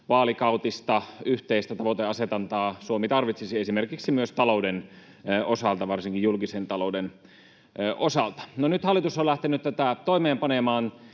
ylivaalikautista yhteistä tavoiteasetantaa Suomi tarvitsisi myös esimerkiksi talouden osalta, varsinkin julkisen talouden osalta. No, nyt hallitus on lähtenyt tätä toimeenpanemaan